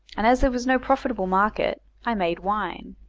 and as there was no profitable market, i made wine.